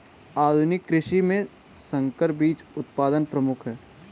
आधुनिक कृषि में संकर बीज उत्पादन प्रमुख है